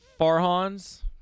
Farhan's